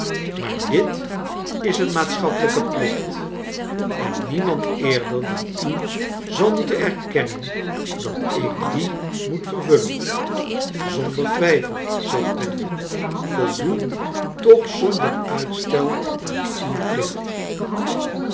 maar dit is een rnaatschappelijke plioht en niemand eerder dan u zal moeten erkennen dat ik dien moet vervullen zonder twijfel zei clennam voldoe toch zonder uitstel aan uw plicht